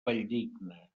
valldigna